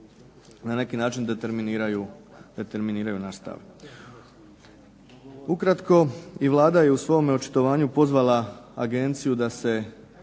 na neki način determiniraju naš stav. Ukratko, i Vlada je u svome očitovanju pozvala agenciju da se